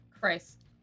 Christ